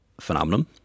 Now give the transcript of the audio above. phenomenon